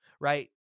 Right